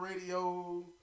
Radio